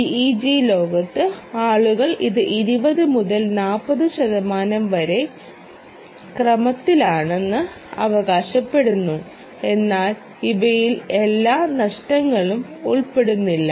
TEG ലോകത്ത് ആളുകൾ ഇത് 20 മുതൽ 40 ശതമാനം വരെ ക്രമത്തിലാണെന്ന് അവകാശപ്പെടുന്നു എന്നാൽ ഇവയിൽ എല്ലാ നഷ്ടങ്ങളും ഉൾപ്പെടുന്നില്ല